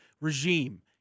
regime